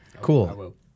cool